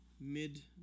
Mid